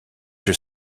your